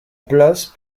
place